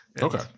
Okay